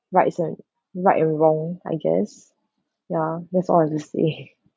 rights and right and wrong I guess ya that's all I need to say